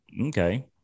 Okay